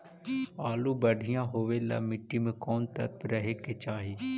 आलु बढ़िया होबे ल मट्टी में कोन तत्त्व रहे के चाही?